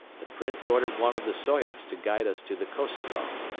the prince ordered one of the soyots to guide us to the kosogol.